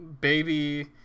baby